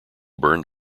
burned